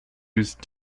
whose